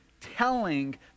telling